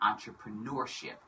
entrepreneurship